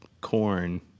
corn